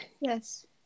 yes